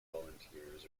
volunteers